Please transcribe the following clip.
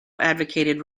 advocated